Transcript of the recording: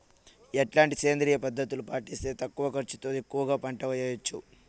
ఎట్లాంటి సేంద్రియ పద్ధతులు పాటిస్తే తక్కువ ఖర్చు తో ఎక్కువగా పంట చేయొచ్చు?